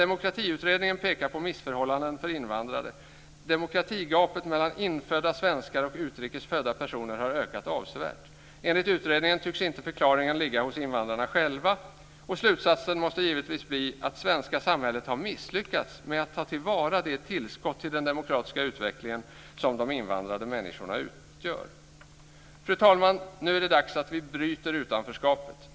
Demokratiutredningen pekar på missförhållanden för invandrare. Demokratigapet mellan infödda svenskar och utrikes födda personer har ökat avsevärt. Enligt utredningen tycks inte förklaringen ligga hos de invandrade själva. Slutsatsen måste givetvis bli att det svenska samhället har misslyckats med att ta till vara det tillskott till den demokratiska utveckling som de invandrade människorna utgör. Fru talman! Nu är det dags att bryta utanförskapet.